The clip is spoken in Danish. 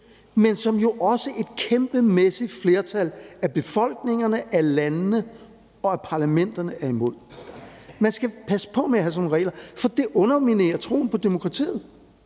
men som et kæmpemæssigt flertal af befolkningerne, landene og parlamenterne jo også er imod. Man skal passe på med at have sådan nogle regler, for det underminerer troen på demokratiet.